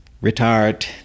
retired